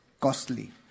costly